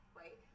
right